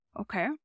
Okay